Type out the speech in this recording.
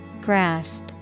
Grasp